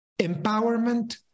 empowerment